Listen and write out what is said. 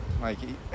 Mikey